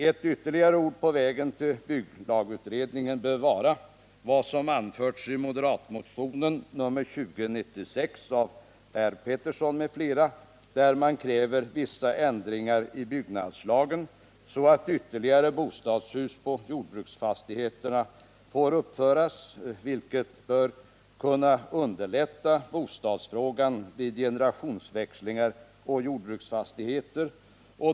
Ett ytterligare ord på vägen till bygglagutredningen bör vara vad som anföres i moderatmotionen 2096 av Per Petersson m.fl., där man kräver vissa ändringar i byggnadslagen så att ytterligare bostadshus på jordbruksfastigheterna får uppföras, vilket bör kunna underlätta bostadsfrågan vid generationsväxlingar å fastigheter.